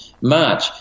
March